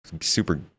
Super